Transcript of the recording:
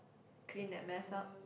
clean that mess up